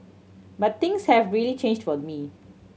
but things have really changed for me